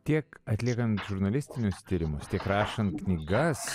tiek atliekant žurnalistinius tyrimus tiek rašant knygas